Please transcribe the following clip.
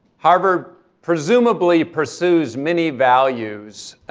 harvard presumably pursues many values,